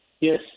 Yes